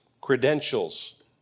credentials